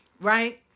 Right